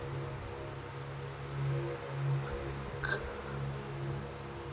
ಆರೋಗ್ಯ ವಿಮೆದಾಗ ಯಾವೆಲ್ಲ ರೋಗಕ್ಕ ಚಿಕಿತ್ಸಿ ಬರ್ತೈತ್ರಿ?